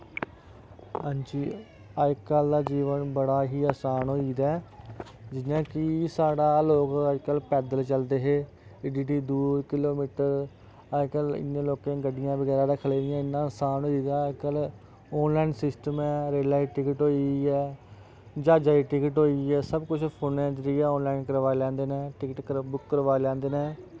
हां जी अज कल दा जीवन बड़ा ही असान होई दा ऐ जियां कि साढ़ा लोग अजकल्ल पैदल चलदे हे एड्डी एड्डी दूर किलो मिटर अजकल्ल इन्नी लोकें गड्डियां बगैरा रक्खी लेईयां इन्ना असान होई गेदा ऐ ऑनलाईन सिस्टम ऐ रेला दी टिक्ट होई ऐ जहाजां दी टिकट होई ऐ सब कुश फोने दे जरिये ऑनलाइन करवाई लैंदे नै टिकट बुक करवाई लैंदे नै